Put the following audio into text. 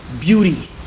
beauty